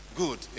good